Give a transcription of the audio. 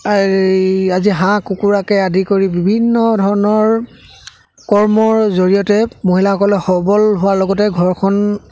আজি হাঁহ কুকুৰাকে আদি কৰি বিভিন্ন ধৰণৰ কৰ্মৰ জৰিয়তে মহিলাসকলে সবল হোৱাৰ লগতে ঘৰখন